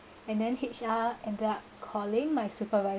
and then H_R ended up calling my supervisor